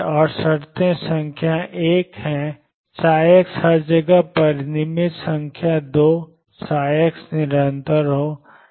और शर्तें संख्या 1 हैं ψ हर जगह परिमित रहें संख्या 2 ψ निरंतर हो